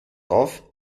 auf